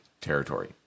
territory